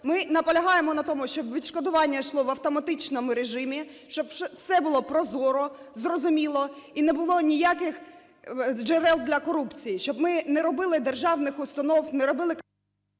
Ми наполягаємо на тому, щоб відшкодування йшло в автоматичному режимі, щоб все було прозоро, зрозуміло і не було ніяких джерел для корупції, щоб ми не робили державних установ, не робили...